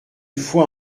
fois